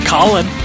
Colin